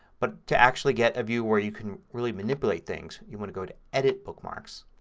but to actually get a view where you can really manipulate things you want to go to edit bookmarks.